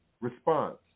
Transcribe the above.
response